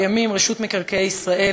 לימים רשות מקרקעי ישראל,